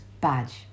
badge